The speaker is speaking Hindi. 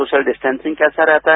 सोशल डिस्टेंसिंग कैसा रहता है